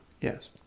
Yes